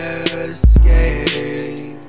escape